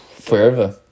Forever